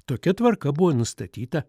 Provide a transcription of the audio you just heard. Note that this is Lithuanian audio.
tokia tvarka buvo nustatyta